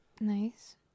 Nice